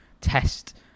test